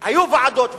היו ועדות,